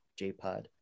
JPOD